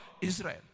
Israel